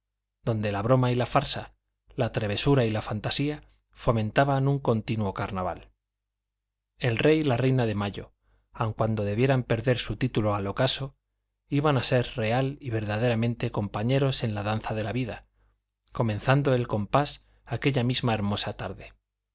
donde la broma y la farsa la travesura y la fantasía fomentaban un continuo carnaval el rey y la reina de mayo aun cuando debieran perder su título al ocaso iban a ser real y verdaderamente compañeros en la danza de la vida comenzando el compás aquella misma hermosa tarde